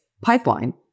pipeline